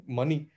money